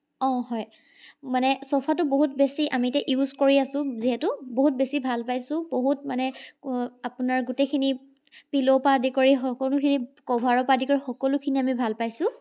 অঁ হয় মানে চোফাটো বহুত বেছি আমি এতিয়া ইউজ কৰি আছোঁ যিহেতু বহুত বেছি ভাল পাইছোঁ বহুত মানে আপোনাৰ গোটেইখিনি পিল'ৰ পৰা আদি কৰি সকলোখিনি কভাৰৰ পৰা আদি কৰি সকলোখিনি আমি ভাল পাইছোঁ